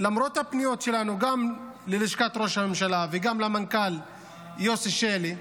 למרות הפניות שלנו גם ללשכת ראש הממשלה וגם למנכ"ל יוסי שלי.